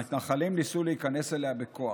המתנחלים ניסו להיכנס אליה בכוח.